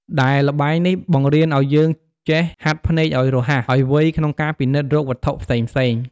ដែលល្បែងនេះបង្រៀនឲ្យយើងចេះហាត់ភ្នែកឲ្យរហ័ស ឲ្យវៃក្នុងការពិនិត្យរកវត្ថុផ្សេងៗ។